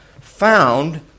found